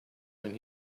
when